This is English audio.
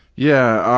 yeah,